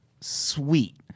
sweet